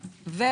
70%,